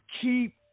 keep